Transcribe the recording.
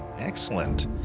Excellent